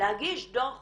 להגיש דו"ח